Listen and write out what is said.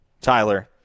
Tyler